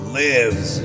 lives